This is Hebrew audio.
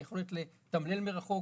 היכולת לתמלל מרחוק,